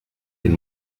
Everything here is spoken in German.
den